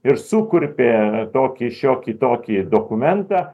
ir sukurpė tokį šiokį tokį dokumentą